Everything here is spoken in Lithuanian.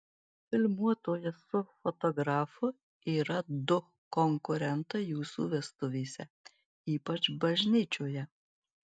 filmuotojas su fotografu yra du konkurentai jūsų vestuvėse ypač bažnyčioje